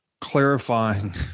clarifying